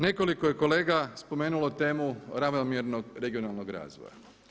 Nekoliko je kolega spomenulo temu ravnomjernog regionalnog razvoja.